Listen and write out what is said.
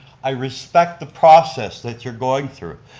i respect the process that you're going through.